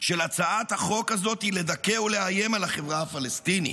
של הצעת החוק הזאת היא לדכא ולאיים על החברה הפלסטינית.